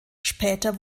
später